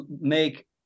make